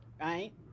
right